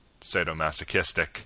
sadomasochistic